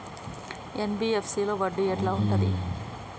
NBFC లో వడ్డీ ఎట్లా ఉంటది?